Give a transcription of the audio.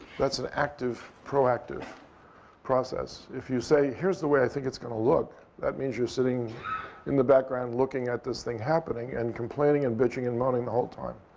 that's an active proactive process. if you say, here's the way i think it's going to look, that means you're sitting in the background looking at this thing happening, and complaining, and bitching, and moaning the whole time.